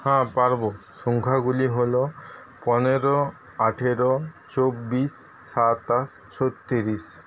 হ্যাঁ পারবো সংখ্যাগুলি হল পনেরো আঠেরো চব্বিশ সাতাশ ছত্রিশ